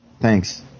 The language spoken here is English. Thanks